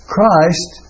Christ